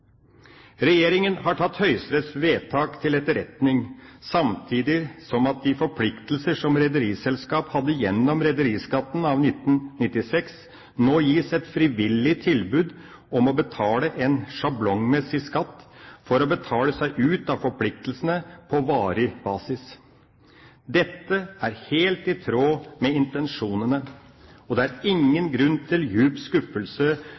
Regjeringa har tatt Høyesteretts vedtak til etterretning, samtidig som de forpliktelser som rederiselskap hadde gjennom rederiskatten av 1996, nå gis et tilbud om frivillig å betale en sjablongmessig skatt for å betale seg ut av forpliktelsene på varig basis. Dette er helt i tråd med intensjonene, og det er ingen